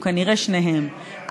הוא כנראה שניהם,